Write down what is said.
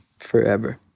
forever